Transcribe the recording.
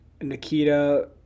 nikita